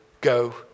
go